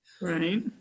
right